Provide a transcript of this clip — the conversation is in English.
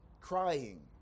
crying